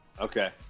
Okay